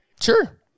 Sure